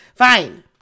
fine